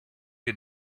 you